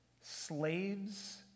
slaves